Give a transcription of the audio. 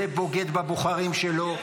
זה בוגד בבוחרים שלו.